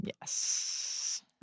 Yes